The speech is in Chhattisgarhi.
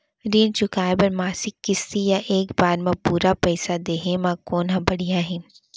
ऋण चुकोय बर मासिक किस्ती या एक बार म पूरा पइसा देहे म कोन ह बढ़िया हे?